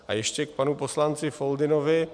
A ještě k panu poslanci Foldynovi.